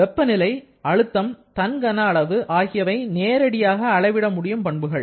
வெப்பநிலை அழுத்தம் தன் கன அளவு ஆகியவை நேரடியாக அளவிட மூடியும் பண்புகள்